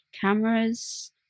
cameras